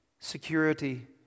Security